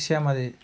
విషయం ఇది